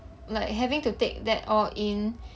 like having to take that all in